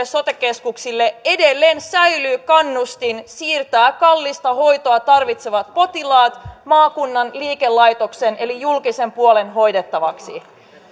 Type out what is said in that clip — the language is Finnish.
sote keskuksilla edelleen säilyy kannustin siirtää kallista hoitoa tarvitsevat potilaat maakunnan liikelaitoksen eli julkisen puolen hoidettavaksi